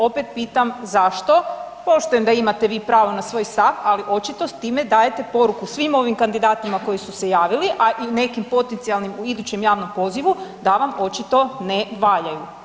Opet pitam zašto, poštujem da imate vi pravo na svoj stav, ali očito time dajete poruku svim ovim kandidatima koji su se javili, a i nekim potencijalnim u idućem javnom pozivu da vam očito ne valjaju.